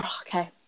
Okay